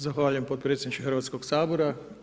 Zahvaljujem potpredsjedniče Hrvatskog sabora.